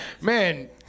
Man